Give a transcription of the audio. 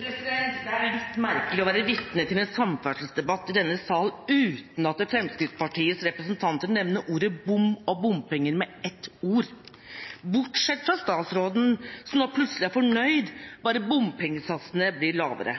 litt merkelig å være vitne til en samferdselsdebatt i denne sal uten at Fremskrittspartiets representanter med ett ord nevner «bom» og «bompenger», bortsett fra statsråden, som nå plutselig er fornøyd, bare bompengesatsen blir lavere.